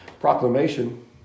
Proclamation